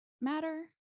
matter